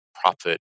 profit